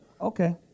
Okay